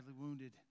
wounded